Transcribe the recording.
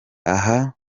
aha